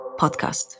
podcast